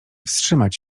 wstrzymać